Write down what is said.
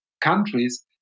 countries